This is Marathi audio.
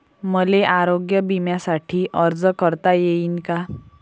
मले आरोग्य बिम्यासाठी अर्ज करता येईन का?